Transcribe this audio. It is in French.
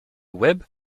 web